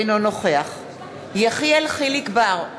אינו נוכח יחיאל חיליק בר,